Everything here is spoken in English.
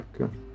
okay